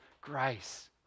grace